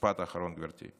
משפט אחרון, גברתי.